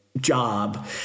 job